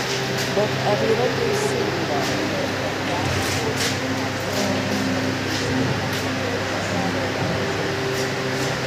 bet ar yra teisinga kad mes pojūtiniam suvokimui priskiriame tokią žymią rolę pažinime